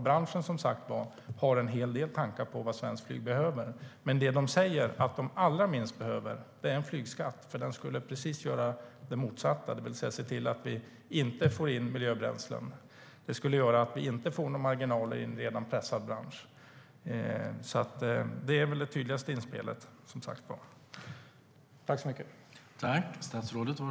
Branschen har en hel del tankar om vad svenskt flyg behöver, men det som man allra minst behöver är en flygskatt. Den skulle leda till precis det motsatta, det vill säga se till att flyget inte går över till miljöbränslen. Det skulle göra att man inte får några marginaler i en redan pressad bransch. Det är väl det tydligaste inspelet.